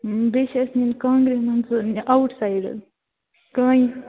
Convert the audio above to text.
بیٚیہِ چھِ اَسہ نِنۍ کانٛگرٮ۪ن ہُنٛد سُہ آوُٹ سایڈ حظ کانہِ